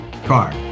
car